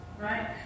right